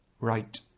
right